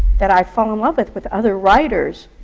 that i fall in love with, with other writers.